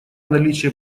наличие